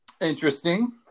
Interesting